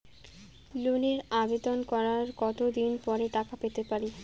লোনের আবেদন করার কত দিন পরে টাকা পেতে পারি?